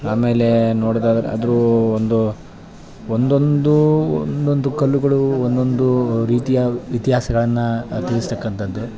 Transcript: ಆಮೇಲೆ ನೋಡ್ದಾಗ ಅದರೂ ಒಂದು ಒಂದೊಂದು ಒಂದೊಂದು ಕಲ್ಲುಗಳು ಒಂದೊಂದು ರೀತಿಯ ಇತಿಹಾಸಗಳನ್ನು ತಿಳ್ಸ್ತಕ್ಕಂಥದ್ದು